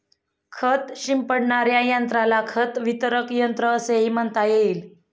खत शिंपडणाऱ्या यंत्राला खत वितरक यंत्र असेही म्हणता येईल